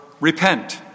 repent